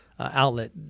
outlet